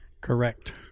Correct